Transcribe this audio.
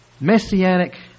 Messianic